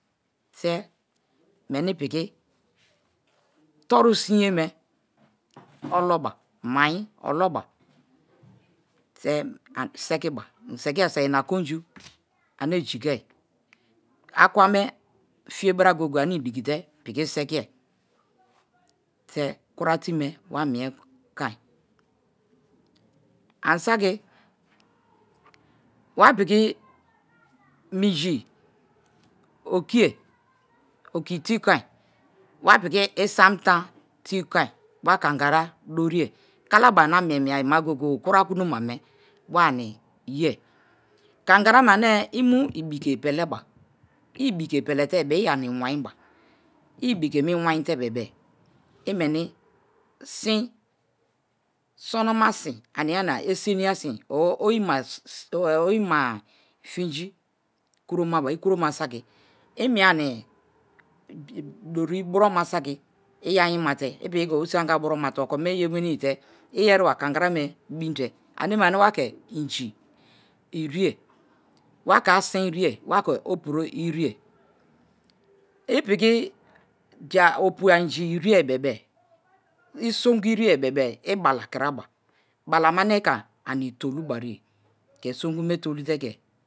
Te meni piki toru sinyeme oloba mai̱n oloba te̱ sekiba i sekiye saki ina konju ane jikei akwa me fiye bara goye-goye ane i piki dikite piki sikiye. Te kura te me wamie kon. Ani saki wapiki minji okiye oki̱ te̱ kon, wapiki isamtan te̱ kon, wa kangara dorie. Kalabari na miemiema goye-goye kura kunomane wa ani yea. Kangara me ane i mu ibike peleba i ibike me pelete-e i ani inweniba, i ibike inwanete bebe-e i weni sin sonoma sin, ania-nia esenia sin or oyi-maifinji kuromaba, i kuromabaki i mie-ani doriburoma saki i ayi̱nmate̱ i pikike̱ osi-anga buromate. Okome yea wenite̱-e̱, iheriba kangarame bi̱nte aneme ane wake i̱nji̱ ke̱ opu̱ro̱ ire̱ye̱. I pi̱ki̱ jai opuainji iri̱ye bebe-e, i so̱ngu iriye bebe-e i bala kiraba balame ane i ke anitolu bariye ke̱ songu me̱ to̱lute̱ ke̱.